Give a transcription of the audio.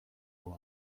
uwa